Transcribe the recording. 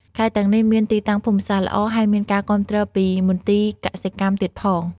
ខេត្តទាំងនេះមានទីតាំងភូមិសាស្ត្រល្អ ហើយមានការគាំទ្រពីមន្ទីរកសិកម្មទៀតផង។